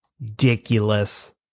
ridiculous